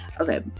Okay